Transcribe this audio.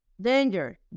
danger